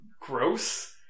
gross